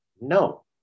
No